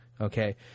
Okay